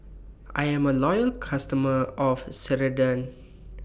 I Am A Loyal customer of Ceradan